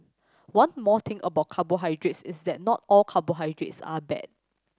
one more thing about carbohydrates is that not all carbohydrates are bad